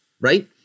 right